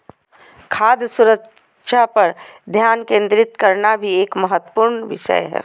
खाद्य सुरक्षा पर ध्यान केंद्रित करना भी एक महत्वपूर्ण विषय हय